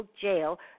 jail